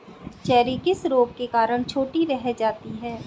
Cherry किस रोग के कारण छोटी रह जाती है?